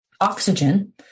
oxygen